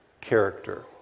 character